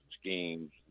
schemes